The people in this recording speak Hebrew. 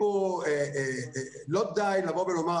ולא די לומר,